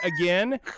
again